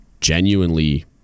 genuinely